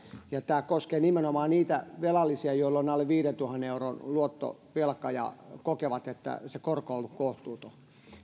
sen tämä koskee nimenomaan niitä velallisia joilla on alle viidentuhannen euron luottovelka ja jotka kokevat että se korko on ollut kohtuuton